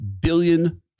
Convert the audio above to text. billion